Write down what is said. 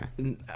Okay